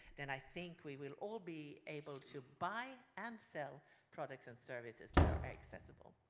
then i think we will all be able to buy and sell products and services that are accessible.